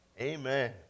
amen